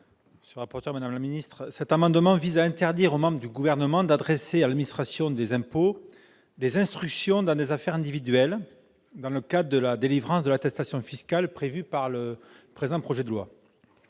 : La parole est à M. François Bonhomme. Cet amendement vise à interdire aux membres du Gouvernement d'adresser à l'administration des impôts des instructions dans des affaires individuelles, dans le cadre de la délivrance de l'attestation fiscale prévue par le présent projet de loi.